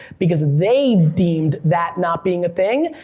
because they've deemed that not being a thing,